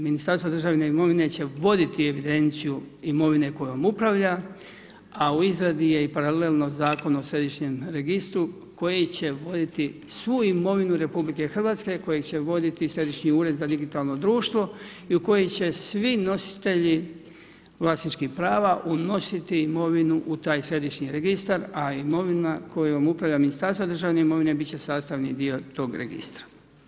Ministarstvo državne imovine, će voditi evidencije imovine kojom upravlja, a u izradi je i paralelno i Zakon o središnjem registru, koji će voditi svu imovinu RH, koji će voditi Središnji ured za digitalno društvo i u kojem će svi nositelji vlasničkih prava unositi imovinu u taj središnji registar, a imovina kojom upravlja Ministarstvo državne imovine, biti će sastavni dio tog registra.